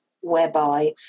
whereby